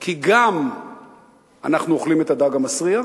כי אנחנו גם אוכלים את הדג המסריח